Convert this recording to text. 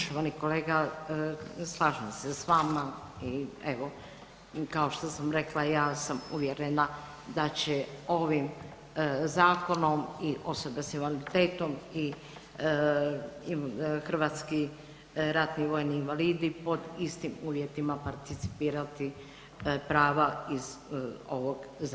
Poštovani kolega slažem se s vama i evo kao što sam rekla, ja sam uvjerena da će ovim zakonom i osobe s invaliditetom i hrvatski ratni vojni invalidi pod istim uvjetima participirati prava iz ovog zakona.